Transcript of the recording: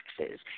taxes